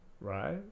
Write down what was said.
Right